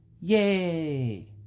yay